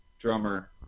drummer